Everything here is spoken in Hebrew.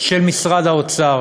של משרד האוצר